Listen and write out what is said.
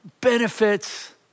benefits